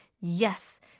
yes